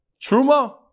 truma